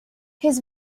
his